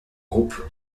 groupe